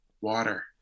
water